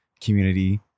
community